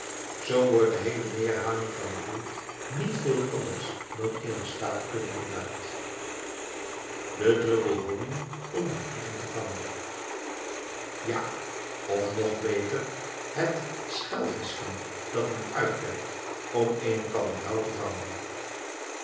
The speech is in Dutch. zoo wordt de heele neerhaling van het beeld niet veel anders dan eene staatkundige daad de druppel honig om de vliegen te vangen ja of nog beter het schelvischken dat men uitwerpt om eenen kabeljauw te vangen